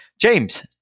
James